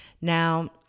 Now